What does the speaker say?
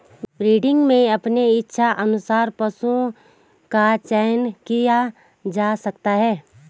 breeding में अपने इच्छा अनुसार पशु का चयन किया जा सकता है